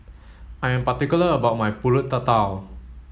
I am particular about my Pulut Tatal